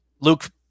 Luke